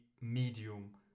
medium